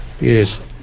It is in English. yes